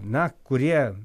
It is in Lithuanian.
na kurie